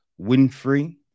Winfrey